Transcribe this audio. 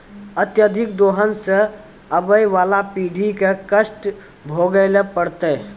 अत्यधिक दोहन सें आबय वाला पीढ़ी क कष्ट भोगै ल पड़तै